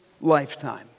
lifetime